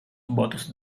votos